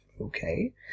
okay